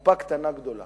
קופה קטנה גדולה.